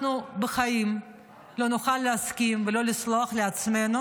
אנחנו בחיים לא נוכל להסכים ולא לסלוח לעצמנו